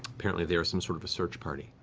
apparently, they are some sort of a search party.